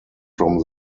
from